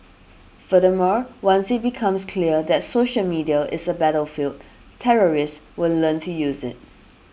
furthermore once it becomes clear that social media is a battlefield terrorists will learn to use it